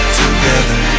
together